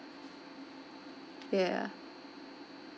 ya